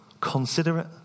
considerate